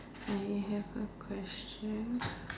I have a question